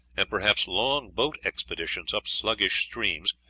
and perhaps long boat expeditions up sluggish streams,